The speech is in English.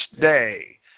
day